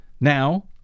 now